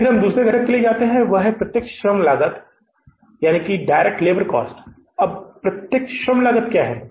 फिर हम दूसरे घटक के लिए जाते हैं वह है प्रत्यक्ष श्रम लागत और प्रत्यक्ष श्रम लागत क्या है